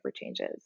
changes